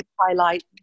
highlight